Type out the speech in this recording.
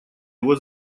его